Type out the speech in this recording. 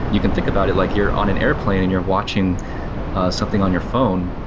you can think about it like you're on an airplane and you're watching something on your phone,